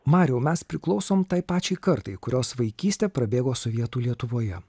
mariau mes priklausom tai pačiai kartai kurios vaikystė prabėgo sovietų lietuvoje